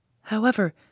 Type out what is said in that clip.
However